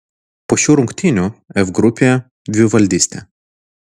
po šių rungtynių f grupėje dvivaldystė